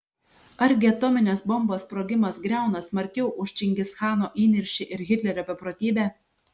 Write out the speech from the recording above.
argi atominės bombos sprogimas griauna smarkiau už čingischano įniršį ir hitlerio beprotybę